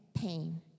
pain